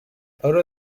odo